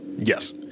Yes